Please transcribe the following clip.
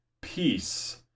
peace